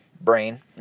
Brain